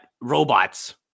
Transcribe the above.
robots